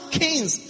kings